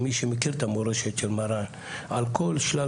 מי שמכיר את המורשת של מרן על כל שלל